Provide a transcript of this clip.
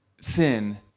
sin